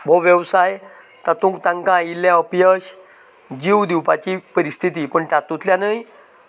हो वेवसाय तातूंत तांका आयिल्लें अपयश जीव दिवपाची एक परिस्थिती पूण तातूंतल्यानय